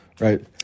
right